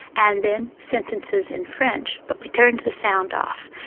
and then sentences in french but we turned the sound off.